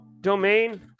Domain